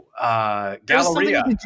Galleria